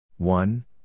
One